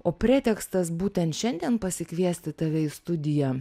o pretekstas būtent šiandien pasikviesti tave į studiją